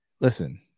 listen